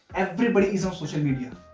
everybody is on social media.